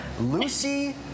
Lucy